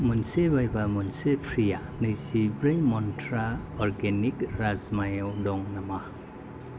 मोनसे बायोबा मोनसे फ्रि'आ नैजिब्रै मन्त्रा अरगेनिक राजमायाव दं नामा